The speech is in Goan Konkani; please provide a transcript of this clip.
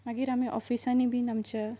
मागीर आमी ऑफिसांनी बीन आमच्या